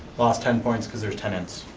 lost ten points because there's tenants.